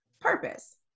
purpose